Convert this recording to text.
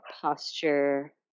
posture